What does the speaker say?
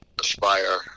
aspire